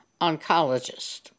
oncologist